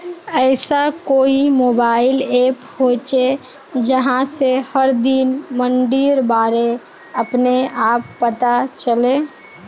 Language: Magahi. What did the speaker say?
ऐसा कोई मोबाईल ऐप होचे जहा से हर दिन मंडीर बारे अपने आप पता चले?